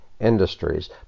industries